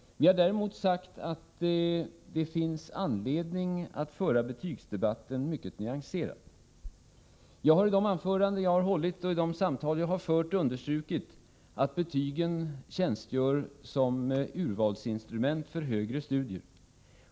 Däremot har vi sagt att det finns anledning att föra betygsdebatten mycket nyanserat. Jag har i de anföranden som jag har hållit och i de samtal som jag har fört understrukit att betygen tjänstgör som urvalsinstrument för högre studier.